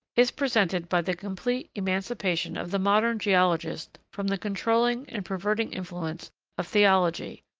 is presented by the complete emancipation of the modern geologist from the controlling and perverting influence of theology,